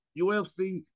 UFC